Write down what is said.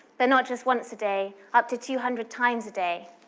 but not just once a day, up to two hundred times a day,